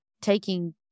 taking